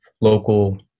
local